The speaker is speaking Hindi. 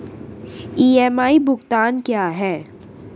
ई.एम.आई भुगतान क्या है?